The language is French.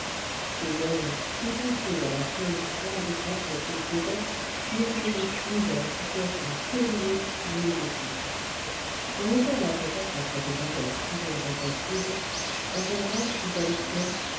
ces hommes tout entiers à la chose grave et sacrée qu'ils faisaient ne songeaient plus à la situation périlleuse où ils étaient quand le cadavre passa près de javert toujours impassible enjolras dit à l'espion